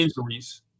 injuries